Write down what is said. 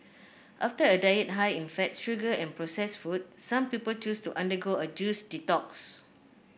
after a diet high in fat sugar and processed food some people choose to undergo a juice detox